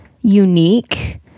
unique